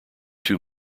two